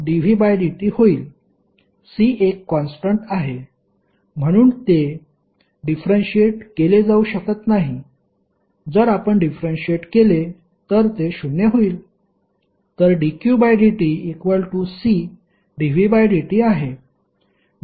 C एक constant आहे म्हणून ते डिफरेन्शिएट केले जाऊ शकत नाही जर आपण डिफरेन्शिएट केले तर ते शून्य होईल